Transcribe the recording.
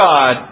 God